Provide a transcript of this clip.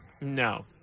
No